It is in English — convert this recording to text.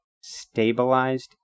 stabilized